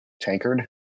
Tankard